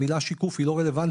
המילה שיקוף היא לא רלוונטית